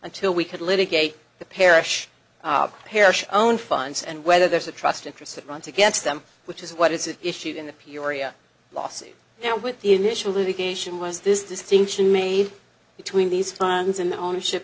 until we could live a gate the parish parish own funds and whether there's a trust interest that runs against them which is what is it issued in the peoria lawsuit now with the initial litigation was this distinction made between these times and the ownership